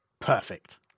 Perfect